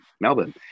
Melbourne